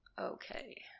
Okay